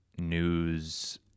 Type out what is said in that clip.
news